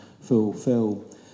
fulfill